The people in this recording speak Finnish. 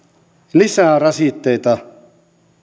lisää rasitteita